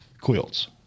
quilts